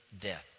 death